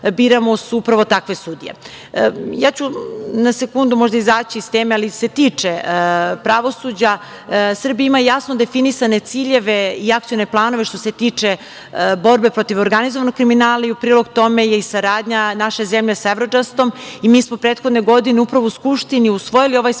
danas su upravo takve sudije. Na sekundu ću možda izaći iz teme, ali se tiče pravosuđa. Srbija ima jasno definisane ciljeve i akcione planove što se tiče borbe protiv organizovanog kriminala i u prilog tome je i saradnja naše zemlje sa Evrodžastom, i mi smo prethodne godine upravo u Skupštini usvojili ovaj Sporazum,